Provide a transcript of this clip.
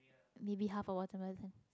maybe half a watermelon